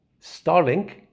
Starlink